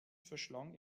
verschlang